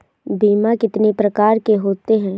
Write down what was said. बीमा कितनी प्रकार के होते हैं?